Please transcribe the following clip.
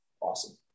awesome